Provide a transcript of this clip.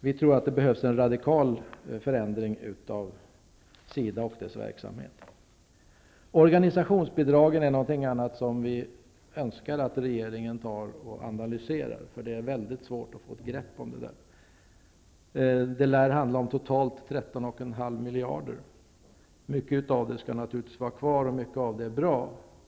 Vi tror att det behövs en radikal förändring av SIDA och dess verksamhet. Organisationsbidragen är något annat som vi önskar att regeringen analyserar, för det är mycket svårt att få ett grepp om dem. Det lär handla om totalt 13,5 miljarder. Mycket av detta skall naturligtvis vara kvar, och mycket av det är bra.